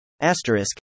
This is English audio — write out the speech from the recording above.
Asterisk